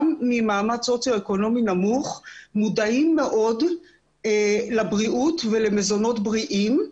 ממעמד סוציו-אקונומי נמוך מודעים מאוד לבריאות ולמזונות בריאים,